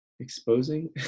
Exposing